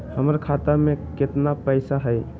हमर खाता मे केतना पैसा हई?